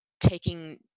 taking